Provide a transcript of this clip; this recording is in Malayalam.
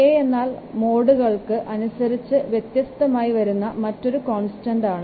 'K' എന്നാൽ മോഡുകൾക്ക് അനുസരിച്ച് വ്യത്യസ്തമായി വരുന്ന മറ്റൊരു കോൺസ്റ്റൻഡ് ആണ്